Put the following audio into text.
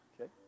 okay